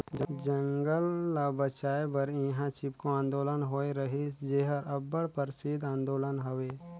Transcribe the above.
जंगल ल बंचाए बर इहां चिपको आंदोलन होए रहिस जेहर अब्बड़ परसिद्ध आंदोलन हवे